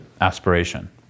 aspiration